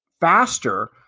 faster